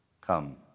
Come